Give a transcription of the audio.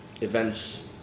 events